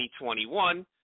2021